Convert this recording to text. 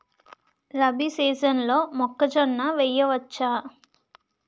రబీ సీజన్లో మొక్కజొన్న వెయ్యచ్చా?